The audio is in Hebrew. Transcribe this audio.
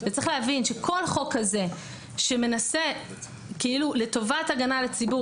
צריך להבין שכל חוק כזה שמנסה לטובת הגנה על הציבור